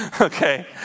okay